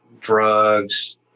drugs